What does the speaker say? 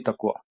అతి తక్కువ